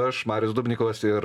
aš marius dubnikovas ir